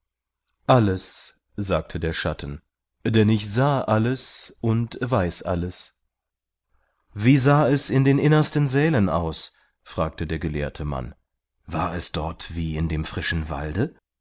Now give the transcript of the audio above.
alles sagte der schatten denn ich sah alles und weiß alles wie sah es in den innersten sälen aus fragte der gelehrte mann war es dort wie in dem frischen walde